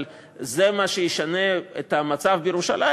אבל זה מה שישנה את המצב בירושלים.